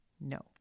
No